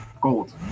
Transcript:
gold